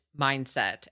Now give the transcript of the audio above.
mindset